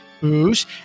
booze